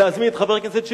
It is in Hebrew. להזמין את חבר הכנסת שטרית,